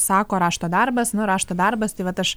sako rašto darbas nu rašto darbas tai vat aš